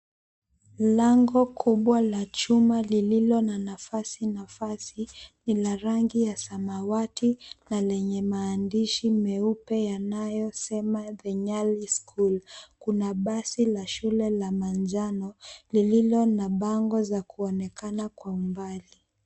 Lango kubwa la chuma lililo na nafasi nafasi, lina rangi ya samawati na lenye maandishi meupe yanayosema 'The Nyali School'. Kuna basi la shule la manjano lililo na bango zakuonekana kwa umbali.